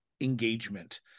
engagement